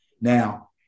Now